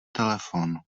telefon